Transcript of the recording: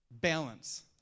balance